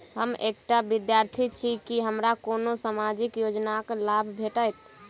हम एकटा विद्यार्थी छी, की हमरा कोनो सामाजिक योजनाक लाभ भेटतय?